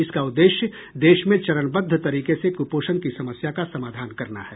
इसका उद्देश्य देश में चरणबद्ध तरीके से कुपोषण की समस्या का समाधान करना है